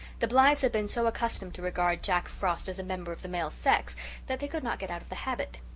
the blythes had been so accustomed to regard jack frost as a member of the male sex that they could not get out of the habit.